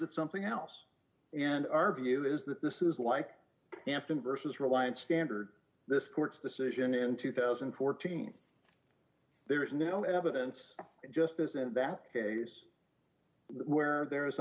it something else and our view is that this is like anthem versus reliance standard this court's decision in two thousand and fourteen there is no evidence justice in that case where there is